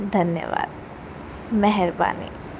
धन्यवाद महिरबानी